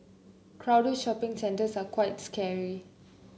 crowded shopping centres are quite scary